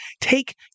take